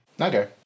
Okay